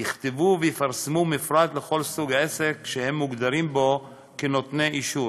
יכתבו ויפרסמו מפרט לכל סוג עסק שהם מוגדרים בו כנותני אישור.